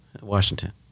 Washington